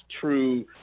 true